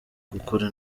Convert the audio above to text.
gukora